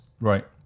Right